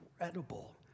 incredible